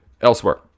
Elsewhere